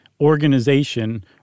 organization